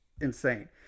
insane